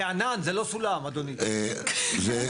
זה ענן זה לא סולם אדוני, אני מרחף.